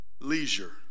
leisure